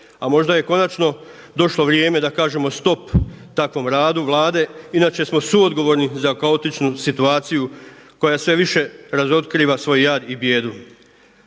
a možda je konačno došlo vrijeme da kažemo stop takvom radu Vlade. Inače smo suodgovorni za kaotičnu situaciju koja sve više razotkriva svoj jad i bijedu.